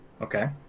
Okay